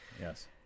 Yes